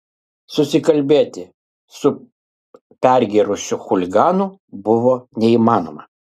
susikalbėti su pergėrusiu chuliganu buvo neįmanoma